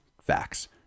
Facts